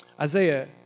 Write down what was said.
Isaiah